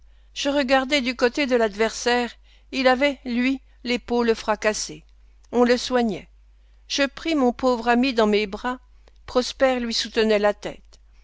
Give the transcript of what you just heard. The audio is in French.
je regardai du côté de l'adversaire il avait lui l'épaule fracassée on le soignait je pris mon pauvre ami dans mes bras prosper lui soutenait la tête